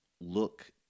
look